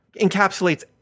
encapsulates